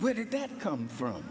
where did that come from